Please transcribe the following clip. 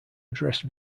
addressed